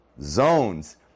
zones